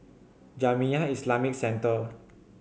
Jamiyah Islamic Centre